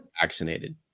vaccinated